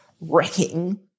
wrecking